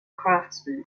craftsmen